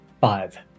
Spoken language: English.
Five